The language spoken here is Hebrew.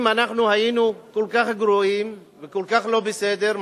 אם אנחנו היינו כל כך גרועים וכל כך לא בסדר,